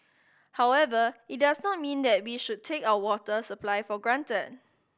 however it does not mean that we should take our water supply for granted